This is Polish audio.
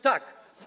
Tak.